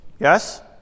Yes